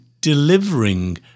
delivering